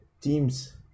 teams